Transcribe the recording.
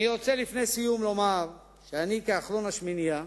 לפני סיום אני רוצה לומר שאני, כאחרון השמינייה,